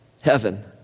heaven